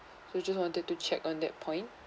so just wanted to check on that point